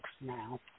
now